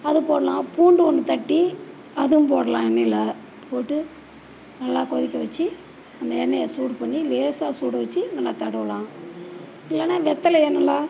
அது போடலாம் பூண்டு ஒன்று தட்டி அதுவும் போடலாம் எண்ணெயில் போட்டு நல்லா கொதிக்க வச்சு அந்த எண்ணெயய சூடு பண்ணி லேசாக சுட வச்சு நம்ம தடவலாம் இல்லைன்னா வெத்தலையை நல்லா